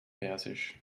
persisch